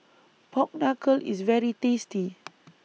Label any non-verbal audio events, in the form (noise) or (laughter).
Pork Knuckle IS very tasty (noise)